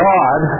God